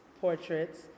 portraits